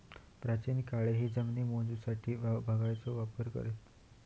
प्राचीन काळीही जमिनी मोजूसाठी बिघाचो वापर करत